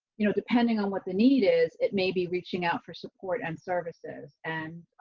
you know, depending on what the need is, it may be reaching out for support and services and.